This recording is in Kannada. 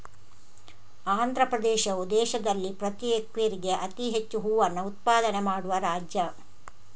ಆಂಧ್ರಪ್ರದೇಶವು ದೇಶದಲ್ಲಿ ಪ್ರತಿ ಹೆಕ್ಟೇರ್ಗೆ ಅತಿ ಹೆಚ್ಚು ಹೂವನ್ನ ಉತ್ಪಾದನೆ ಮಾಡುವ ರಾಜ್ಯ